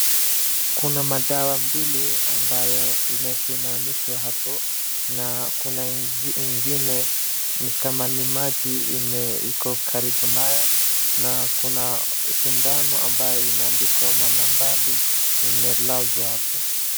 Kuna madawa mbili ambayo imesimamishwa hapo na kuna ingine ni kama ni maji iko karibu nayo na kuna sindano ambayo imeadikwa manambari imelazwa hapo.